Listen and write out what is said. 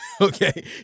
okay